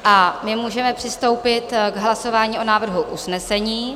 A my můžeme přistoupit k hlasování o návrhu usnesení.